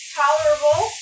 tolerable